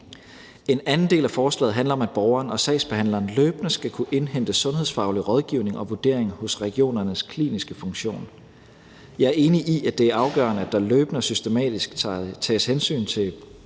En anden del af forslaget handler om, at borgeren og sagsbehandleren løbende skal kunne indhente sundhedsfaglig rådgivning og vurdering hos regionernes kliniske funktion. Jeg er enig i, at det er afgørende, at der løbende og systematisk tages hensyn til